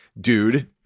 dude